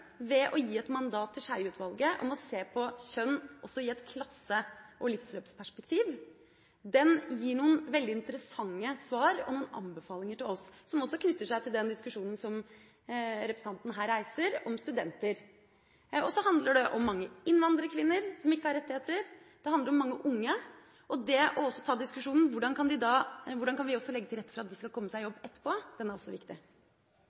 ved å gi et mandat til Skjeie-utvalget om å se på kjønn også i et klasse- og livsløpsperspektiv. Den gir noen veldig interessante svar og noen anbefalinger til oss, som også knytter seg til den diskusjonen som representanten her reiser om studenter. Så handler det om mange innvandrerkvinner som ikke har rettigheter, det handler om mange unge og også om å ta diskusjonen om hvordan vi kan legge til rette for at de skal komme seg i jobb etterpå. Den er også viktig.